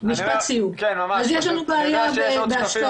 זה שני מיליון שקל,